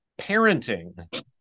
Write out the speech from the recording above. parenting